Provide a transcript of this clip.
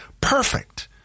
Perfect